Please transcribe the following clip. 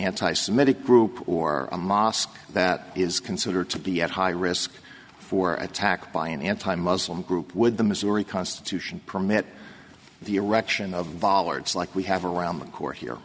anti semitic group or a mosque that is considered to be at high risk for attack by an anti muslim group would the missouri constitution permit the erection of vollard like we have around the core here